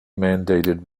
mandated